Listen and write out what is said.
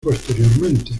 posteriormente